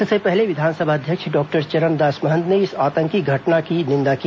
इससे पहले विधानसभा अध्यक्ष डॉक्टर महंत ने इस आतंकवादी घटना की निंदा की